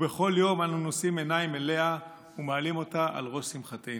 ובכל יום אנו נושאים עיניים אליה ומעלים אותה על ראש שמחתנו.